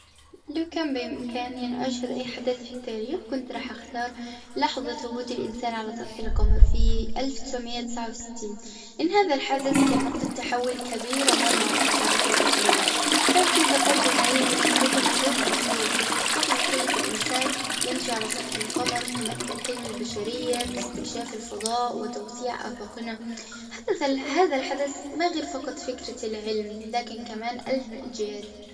لو كان بإمكاني أن أشهد أحداث التاريخ كنت راح أختار لحظة هبوط الأنسان على سطح القمر في ألف تسعمية تسعة وستين. إن هذا الحادث كان نقطة تحول كبيرة مرة في تاريخ البشرية. كان في تقدم علمي وتقني غير مسبوق. لحظة رؤية الأنسان يمشي على سطح القمر تمثل حلم البشرية في إسكتشاف في الفضاء وتوسيع اَفاقنا. حتي هذا الحدث ما غير فقط فكرة العلم لكن كمان الهم أجيال.